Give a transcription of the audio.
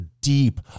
deep